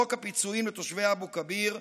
חוק הפיצויים לתושבי אבו כביר,